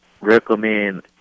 recommend